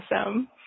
awesome